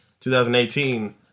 2018